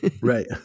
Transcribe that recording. Right